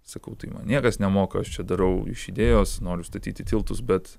sakau tai man niekas nemoka aš čia darau iš idėjos noriu statyti tiltus bet